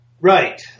Right